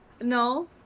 No